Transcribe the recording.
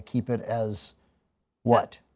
keep it as what?